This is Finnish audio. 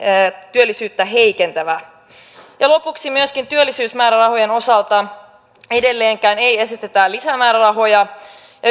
työllisyyttä heikentävä lopuksi myöskin työllisyysmäärärahojen osalta edelleenkään ei esitetä lisämäärärahoja